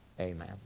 amen